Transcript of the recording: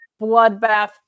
bloodbath